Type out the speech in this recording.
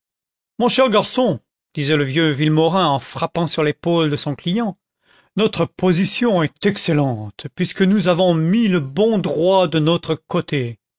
mon cher garçon disait le vieux villemaurin en frappant sur l'épaule de son client notre position est excellente puisque nous avons mis le bon droit de notre côté